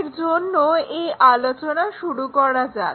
এর জন্য এই আলোচনা শুরু করা যাক